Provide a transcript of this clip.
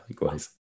likewise